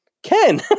Ken